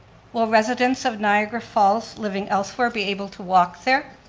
will residents of niagara falls living elsewhere be able to walk there?